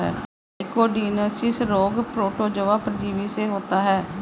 trichodinosis रोग protozoa परजीवी से होता है